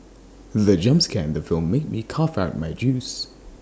the jump scare in the film made me cough out my juice